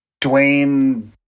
Dwayne